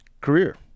Career